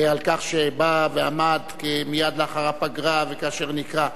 על כך שבא ועמד מייד לאחר הפגרה וכאשר נקרא.